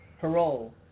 parole